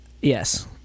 Yes